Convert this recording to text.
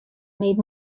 made